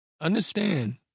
understand